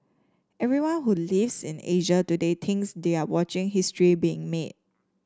everyone who lives in Asia today thinks they are watching history being made